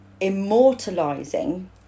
immortalizing